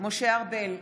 משה ארבל,